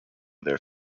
their